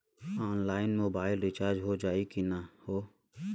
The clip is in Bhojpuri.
ऑनलाइन मोबाइल रिचार्ज हो जाई की ना हो?